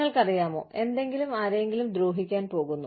നിങ്ങൾക്കറിയാമോ എന്തെങ്കിലും ആരെയെങ്കിലും ദ്രോഹിക്കാൻ പോകുന്നു